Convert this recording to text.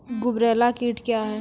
गुबरैला कीट क्या हैं?